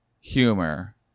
humor